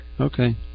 Okay